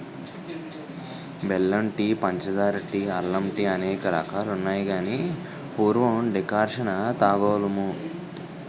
బెల్లం టీ పంచదార టీ అల్లం టీఅనేక రకాలున్నాయి గాని పూర్వం డికర్షణ తాగోలుము